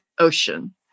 ocean